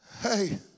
hey